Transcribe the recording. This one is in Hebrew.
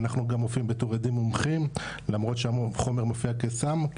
אנחנו גם מופיעים בתור עדים מומחים למרות שהחומר מופיע כסם,